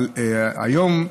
אבל היום,